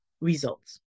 results